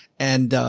and,